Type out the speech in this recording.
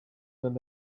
than